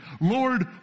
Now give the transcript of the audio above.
Lord